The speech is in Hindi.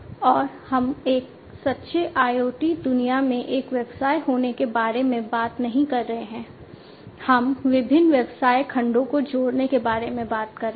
और हम एक सच्चे IoT दुनिया में एक व्यवसाय होने के बारे में बात नहीं कर रहे हैं हम विभिन्न व्यवसाय खंडों को जोड़ने के बारे में बात कर रहे हैं